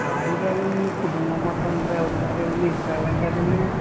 అలా అని కాదండి కుటుంబం మొత్తం అందరు వెళ్తున్నారు కదండి ఎప్పుడు వెళ్ళం కదండి